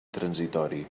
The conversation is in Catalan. transitori